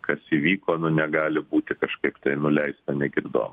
kas įvyko nu negali būti kažkaip nuleista negirdom